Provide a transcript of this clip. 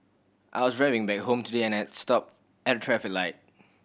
I was driving back home today and had stopped at a traffic light